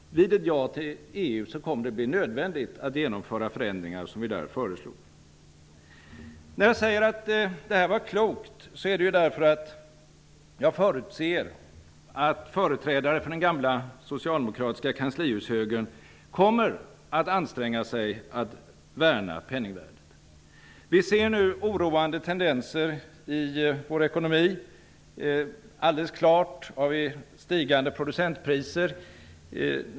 Vid ett ja till EU kommer det att bli nödvändigt att genomföra förändringar som vi där föreslog. När jag säger att detta var klokt är det därför att jag förutser att företrädare för den gamla socialdemokratiska kanslihushögern kommer att anstränga sig att värna penningvärdet. Vi ser nu oroande tendenser i vår ekonomi. Vi har alldeles klart stigande producentpriser.